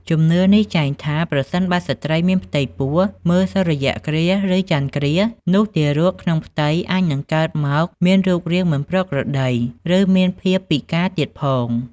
ជំនឿនេះចែងថា ប្រសិនបើស្ត្រីមានផ្ទៃពោះមើលសូរ្យគ្រាស ឬចន្ទគ្រាស នោះទារកក្នុងផ្ទៃអាចកើតមកមានរូបរាងមិនប្រក្រតី ឬមានភាពពិការទៀតផង ។